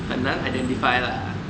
很难 identify lah